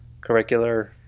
curricular